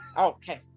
Okay